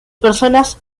personas